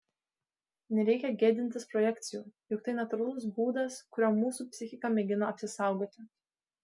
nereikia gėdintis projekcijų juk tai natūralus būdas kuriuo mūsų psichika mėgina apsisaugoti